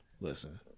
Listen